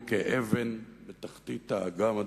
הוא כאבן בתחתית האגם,